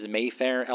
Mayfair